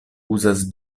uzas